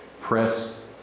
Press